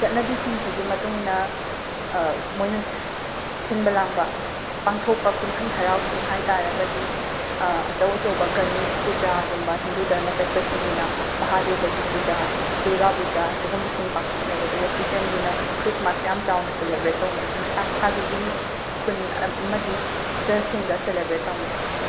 ꯆꯠꯅꯕꯤꯁꯤꯡꯁꯤꯒꯤ ꯃꯇꯨꯡ ꯏꯟꯅ ꯃꯣꯏꯅ ꯁꯁꯍ ꯁꯤꯟꯕ ꯂꯥꯡꯕ ꯄꯥꯡꯊꯣꯛꯄ ꯀꯨꯝꯍꯩ ꯍꯔꯥꯎꯁꯤꯡ ꯍꯥꯏ ꯇꯥꯔꯒꯗꯤ ꯑꯆꯧ ꯑꯆꯧꯕ ꯒꯅꯦꯁ ꯄꯨꯖꯥꯒꯨꯝꯕ ꯍꯤꯟꯗꯨ ꯙꯔꯃ ꯆꯠꯄꯁꯤꯡꯒꯤꯅ ꯃꯍꯥꯗꯦꯕꯒꯤ ꯄꯨꯖꯥ ꯗꯨꯔꯒꯥ ꯄꯨꯖꯥ ꯁꯤꯒꯨꯝꯕꯁꯤꯡ ꯄꯥꯡꯊꯣꯛꯅꯩ ꯑꯗꯨꯒ ꯈ꯭ꯔꯤꯁꯟꯒꯤꯅ ꯈ꯭ꯔꯤꯁꯃꯥꯁ ꯌꯥꯝ ꯆꯥꯎꯅ ꯁꯦꯂꯦꯕ꯭ꯔꯦꯠ ꯇꯧꯅꯩ ꯃꯁꯥ ꯃꯁꯥꯒꯤ ꯌꯨꯝ ꯈꯨꯟ ꯑꯃꯗꯤ ꯆꯔꯁꯁꯤꯡꯗ ꯁꯦꯂꯦꯕ꯭ꯔꯦꯠ ꯇꯧꯅꯩ